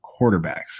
quarterbacks